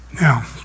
Now